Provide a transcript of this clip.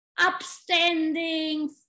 upstanding